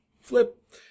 flip